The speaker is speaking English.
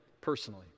personally